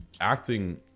acting